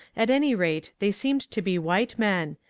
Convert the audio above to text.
at any rate, they seemed to be white men,